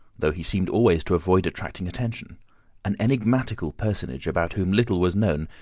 though he seemed always to avoid attracting attention an enigmatical personage, about whom little was known,